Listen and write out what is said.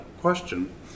question